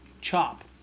chop